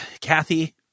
kathy